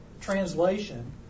Translation